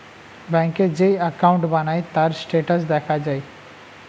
ব্যাংকে যেই অ্যাকাউন্ট বানায়, তার স্ট্যাটাস দেখা যায়